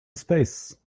space